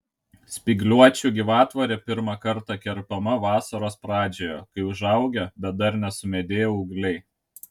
spygliuočių gyvatvorė pirmą kartą kerpama vasaros pradžioje kai užaugę bet dar nesumedėję ūgliai